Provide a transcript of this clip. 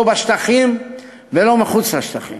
לא בשטחים ולא מחוץ לשטחים.